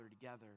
together